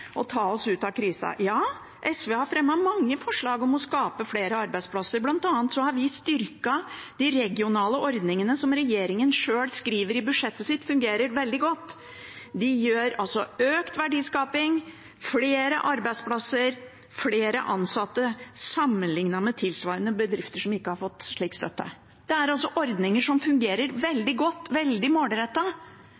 ta oss ut av krisa. Ja, SV har fremmet mange forslag om å skape flere arbeidsplasser. Blant annet har vi styrket de regionale ordningene, som regjeringen sjøl skriver i budsjettet sitt fungerer veldig godt. De gir økt verdiskaping, flere arbeidsplasser, flere ansatte, sammenlignet med tilsvarende bedrifter som ikke har fått slik støtte. Det er altså ordninger som fungerer